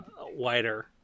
wider